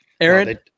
Aaron